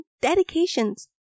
dedications